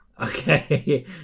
Okay